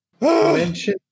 mention